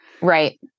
Right